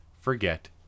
forget